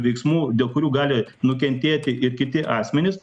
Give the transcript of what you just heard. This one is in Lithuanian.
veiksmų dėl kurių gali nukentėti ir kiti asmenys